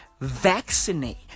Vaccinate